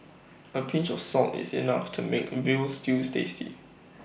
A pinch of salt is enough to make Veal Stews tasty